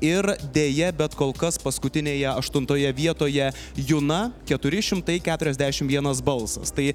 ir deja bet kol kas paskutinėje aštuntoje vietoje juna keturi šimtai keturiasdešimt vienas balsas tai